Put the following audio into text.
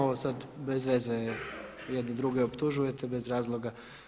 Ovo sad bez veze jedni druge optužujete bez razloga.